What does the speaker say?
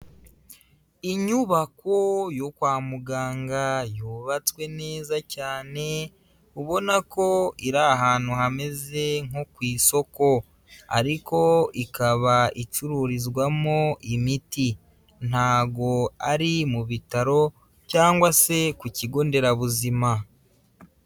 Inyubako yo kwa muganga yubatswe neza cyane, ubona ko iri ahantu hameze nko ku isoko, ariko ikaba icururizwamo imiti, ntago ari mu bitaro cyangwa se ku kigo nderabuzima.